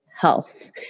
health